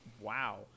Wow